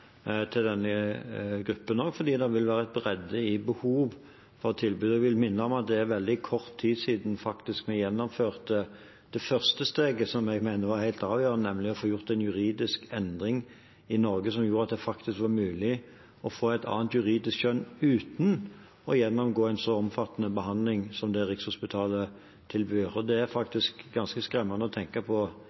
til denne gruppen, for det vil være en bredde i behovet for tilbudet. Jeg vil minne om at det er veldig kort tid siden vi gjennomførte det første steget, som jeg mener var helt avgjørende, nemlig å få gjort en juridisk endring i Norge som gjorde at det faktisk var mulig å få et annet juridisk kjønn – uten å gjennomgå en så omfattende behandling som det Rikshospitalet tilbyr. Det er faktisk ganske skremmende å tenke på,